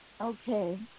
Okay